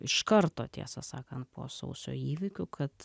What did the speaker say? iš karto tiesą sakant po sausio įvykių kad